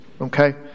okay